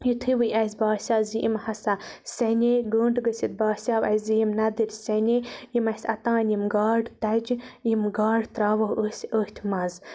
یِتھُے وۄنۍ اَسہِ باسیٚو زِ یِم ہَسا سیٚنے گٲنٛٹہٕ گٔژھِتھ باسیو اَسہِ زِ یِم نَدٕرۍ سیٚنے یِم اَسہِ اوٚتانۍ یِم گاڈٕ تَجہِ یِم گاڈٕ ترٛاوو أسۍ أتھۍ مَنٛز